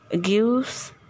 Gives